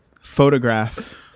photograph